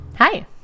Hi